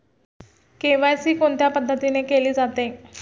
KYC कोणत्या पद्धतीने केले जाते?